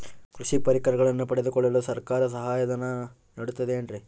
ಕೃಷಿ ಪರಿಕರಗಳನ್ನು ಪಡೆದುಕೊಳ್ಳಲು ಸರ್ಕಾರ ಸಹಾಯಧನ ನೇಡುತ್ತದೆ ಏನ್ರಿ?